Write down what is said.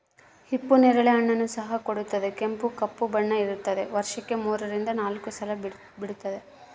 ಹಿಪ್ಪು ನೇರಳೆ ಹಣ್ಣನ್ನು ಸಹ ಕೊಡುತ್ತದೆ ಕೆಂಪು ಕಪ್ಪು ಬಣ್ಣ ಇರ್ತಾದ ವರ್ಷಕ್ಕೆ ಮೂರರಿಂದ ನಾಲ್ಕು ಸಲ ಬಿಡ್ತಾದ